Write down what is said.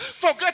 Forget